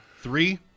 three